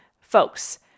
Folks